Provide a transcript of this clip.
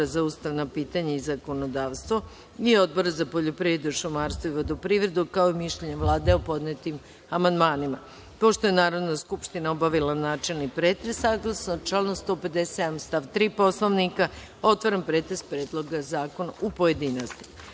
za ustavna pitanja i zakonodavstvo i Odbora za poljoprivredu, šumarstvo i vodoprivredu, kao i mišljenje Vlade o podnetim amandmanima. Pošto je Narodna skupština obavila načelni pretres, saglasno članu 157. stav 3. Poslovnika Narodne skupštine, otvaram pretres Predloga zakona u pojedinostima. Na